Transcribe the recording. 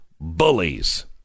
bullies